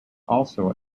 also